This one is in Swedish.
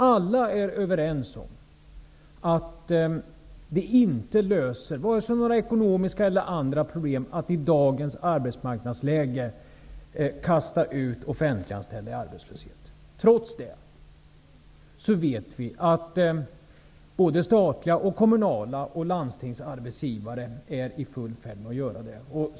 Alla är överens om att vi inte löser vare sig ekonomiska problem eller andra problem i dagens arbetsmarknadsläge genom att kasta ut offentliganställda i arbetslöshet. Trots det är såväl statliga som kommunala och landstingskommunala arbetsgivare i full färd med att göra det -- det vet vi.